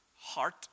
heart